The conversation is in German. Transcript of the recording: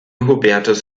hubertus